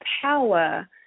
power